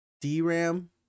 DRAM